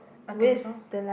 I think so